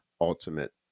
ultimate